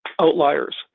outliers